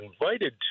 invited